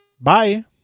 Bye